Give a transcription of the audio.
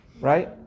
right